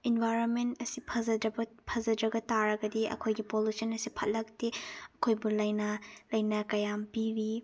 environment ꯑꯁꯤ ꯐꯖꯗ꯭ꯔꯕ ꯐꯖꯗꯕ ꯇꯥꯔꯒꯗꯤ ꯑꯩꯈꯣꯏꯒꯤ ꯄꯣꯜꯂꯨꯁꯟ ꯑꯁꯤ ꯐꯠꯂꯛꯇꯦ ꯑꯩꯈꯣꯏꯕꯨ ꯂꯥꯏꯅꯥ ꯂꯥꯏꯅꯥ ꯀꯌꯥꯝ ꯄꯤꯕꯤ